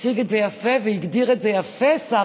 הציג את זה יפה והגדיר את זה יפה שר